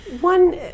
One